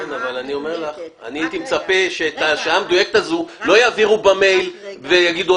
אני הייתי מצפה שאת השעה המדויקת הזו לא יעבירו במייל ויגידו,